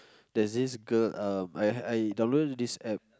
there's this girl um I downloaded this App